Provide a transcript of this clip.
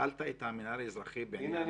שאלת את המינהל האזרחי בעניין --- הינה,